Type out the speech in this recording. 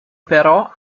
però